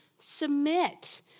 submit